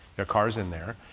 their cars in there.